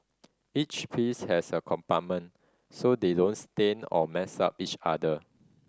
each piece has a compartment so they don't stain or mess up each other